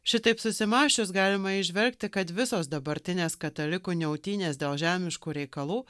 šitaip susimąsčius galima įžvelgti kad visos dabartinės katalikų niautynės dėl žemiškų reikalų